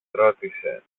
ρώτησε